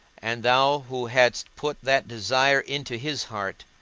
and thou who hadst put that desire into his heart,